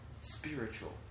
spiritual